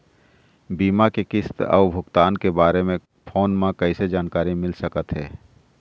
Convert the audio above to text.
बीमा के किस्त अऊ भुगतान के बारे मे फोन म कइसे जानकारी मिल सकत हे?